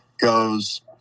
goes